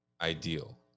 ideal